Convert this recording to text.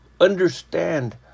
understand